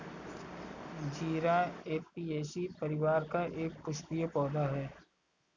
जीरा ऍपियेशी परिवार का एक पुष्पीय पौधा है